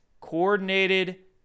coordinated